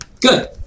Good